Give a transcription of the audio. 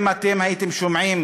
אם הייתם שומעים